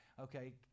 Okay